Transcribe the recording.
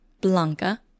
Blanca